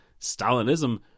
Stalinism